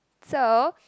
so